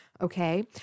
okay